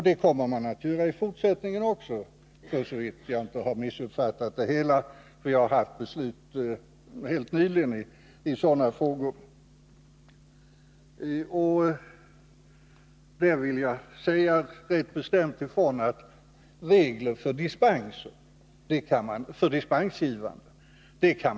Det kommer man att göra i fortsättningen också, för så vitt jag inte missuppfattat det hela. Jag har haft beslut helt nyligen i sådana frågor. Jag vill bestämt säga ifrån att man aldrig kan skriva regler för dispensgivarna.